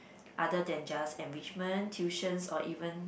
other than just enrichment tuitions or even